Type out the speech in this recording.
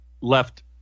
left